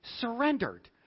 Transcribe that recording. surrendered